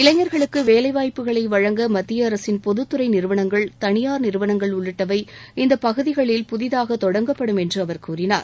இளைஞர்களுக்கு வேலைவாய்ப்புகளை வழங்க மத்திய அரசின் பொதுத்துறை நிறுவனங்கள் தனியார் நிறுவனங்கள் உள்ளிட்டவை இந்த பகுதிகளில் புதிதாக தொடங்கப்படும் என்று அவர் கூறினார்